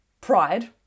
pride